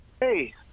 Hey